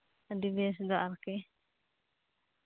ᱟᱹᱰᱤ ᱵᱮᱥ ᱫᱚ ᱟᱨᱠᱤ